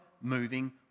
moving